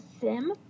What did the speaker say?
sim